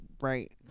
Right